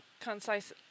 concise